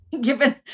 given